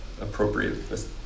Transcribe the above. appropriate